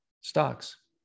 stocks